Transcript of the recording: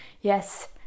Yes